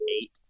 eight